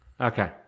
Okay